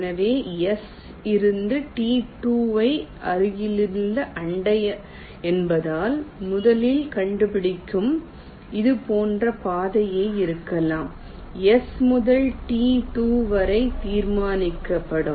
எனவே S இந்த T2 ஐ அருகிலுள்ள அண்டை என்பதால் முதலில் கண்டுபிடிக்கும் இது போன்ற பாதையாக இருக்கலாம் S முதல் T2 வரை தீர்மானிக்கப்படும்